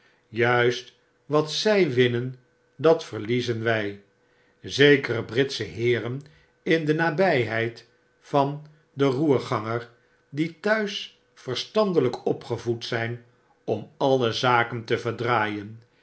juist wat zi winnen dat verliezen wy zekere britsche nheeren in de nabyheid van den roerganger die t'huis verstandelyk opgevoed zyn om alle zaken te verdraaien